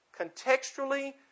contextually